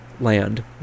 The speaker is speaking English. land